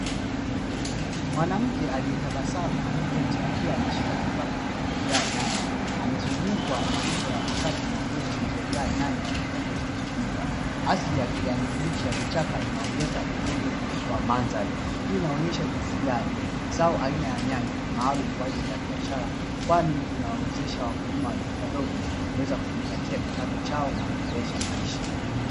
Mwanamke aliye tabasamu ameketi akiwa ameshika kikapu kilichojaa nyanya, amezungukwa na rundo la vikapu na ndo zilizojaa nyanya nyekundu zilizoivaa. Asili ya kijani kibichi ya vichaka inaongeza uzuri wa mandhari hii inaonyesha jinsi gani zao aina ya nyanya ni maalumu kwa ajili ya biashara, kwani lina wawezesha wakulima wadogo wadogo kuweza kujipatia kipato chao na kuendesha maisha.